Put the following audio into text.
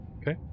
Okay